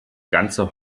ganze